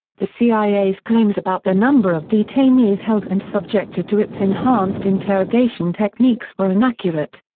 the cia's claims about the number of detainees held and subjected to its enhanced interrogation techniques were inaccurate.